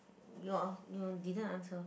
ya you didn't answer